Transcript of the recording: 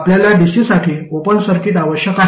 आपल्याला डीसी साठी open circuit आवश्यक आहे